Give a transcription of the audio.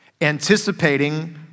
anticipating